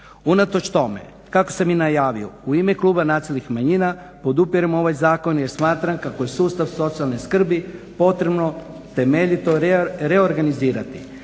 Unatoč tome kako sam i najavio u ime Kluba nacionalnih manjina podupirem ovaj zakon jer smatram kako je sustav socijalne skrbi potrebno temeljito reorganizirati.